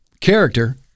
character